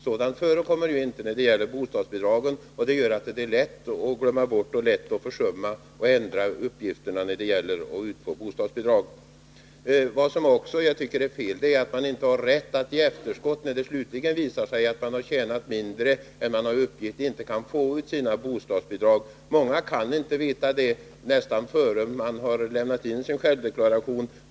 Sådant förekommer inte när det gäller bostadsbidraget, och det gör att det är lätt att glömma bort detta och försumma att ändra de uppgifter enligt vilka man utfår bostadsbidrag. Vad jag också tycker är fel är att man inte har rätt att i efterskott, när det slutligen visat sig att man har förtjänat mindre än vad man från början har uppgivit, få ut sina bostadsbidrag. Många kan inte veta vad inkomsten blir förrän just innan de har lämnat in sin självdeklaration.